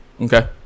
Okay